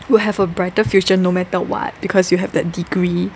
you have a brighter future no matter what because you have that degree